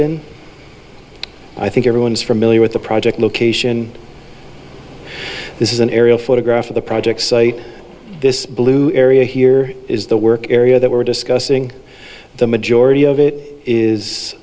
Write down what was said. fenton i think everyone is familiar with the project location this is an aerial photograph of the projects this blue area here is the work area that we're discussing the majority of it is